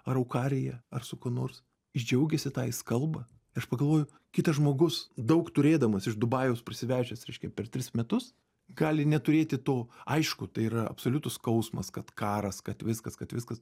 araukarija ar su kuo nors jis džiaugiasi tą jis kalba aš pagalvoju kitas žmogus daug turėdamas iš dubajaus prisivežęs reiškia per tris metus gali neturėti to aišku tai yra absoliutus skausmas kad karas kad viskas kad viskas